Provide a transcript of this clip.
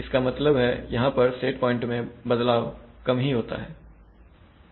इसका मतलब है यहां पर सेट पॉइंट में बदलाव कम गिना चुना ही होता है